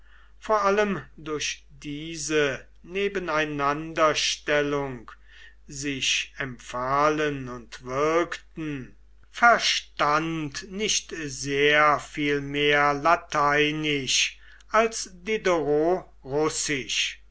vor allem durch diese nebeneinanderstellung sich empfahlen und wirkten verstand nicht sehr viel mehr lateinisch als